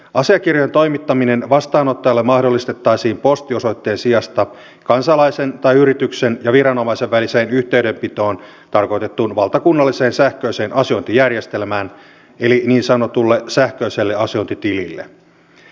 asiakirjojen toimittaminen vastaanottajalle mahdollistettaisiin postiosoitteen sijasta kansalaisen tai yrityksen ja viranomaisen väliseen yhteydenpitoon tarkoitettuun valtakunnalliseen sähköiseen asiointijärjestelmään eli niin sanotulle sähköiselle asiointitilille